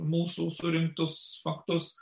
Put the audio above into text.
mūsų surinktus faktus